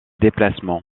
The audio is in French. déplacement